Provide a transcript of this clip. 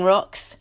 Rocks